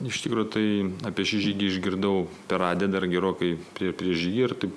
iš tikro tai apie šį žygį išgirdau per radiją dar gerokai prieš prieš žygį ir taip